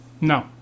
No